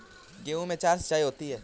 गेहूं में चार सिचाई होती हैं